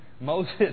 Moses